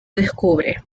descubre